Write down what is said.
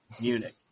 Munich